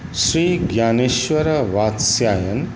Shri Gyaneshwar Vatsyayan